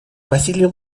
василий